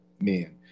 men